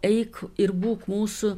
eik ir būk mūsų